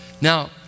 Now